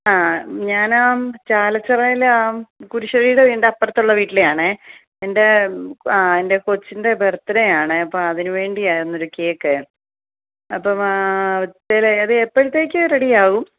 ആ ഞാൻ ആ ചാലച്ചിറയിലെ ആ കുരിശുവീട് വീടിൻ്റെ അപ്പുറത്തുള്ള വീട്ടിലെ ആണേ എൻ്റെ ആ എൻ്റെ കൊച്ചിൻ്റെ ബർത്ത്ഡേ ആണ് അപ്പോൾ അതിന് വേണ്ടി ആയിരുന്നൊരു കേക്ക് അപ്പോൾ ശരി അത് എപ്പോഴത്തേക്ക് റെഡി ആകും